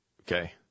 Okay